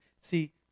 See